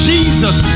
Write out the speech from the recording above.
Jesus